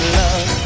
love